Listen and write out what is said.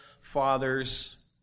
fathers